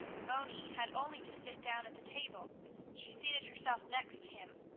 moni had only to sit down at the table she seated herself next him,